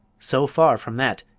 so far from that,